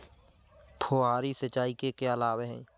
फुहारी सिंचाई के क्या लाभ हैं?